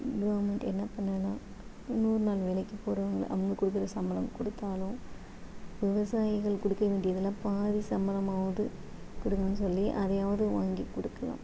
government என்ன பண்ணலான்னா நூறு நாள் வேலைக்கு போகிறவங்க அவங்க கொடுக்குற சம்பளம் கொடுத்தாலும் விவசாயிகள் கொடுக்க வேண்டியதில் பாதி சம்பளமாவது கொடுங்கன்னு சொல்லி அதையாவது வாங்கி கொடுக்கலாம்